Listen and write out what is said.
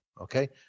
Okay